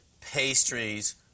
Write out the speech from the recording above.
pastries